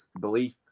belief